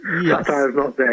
yes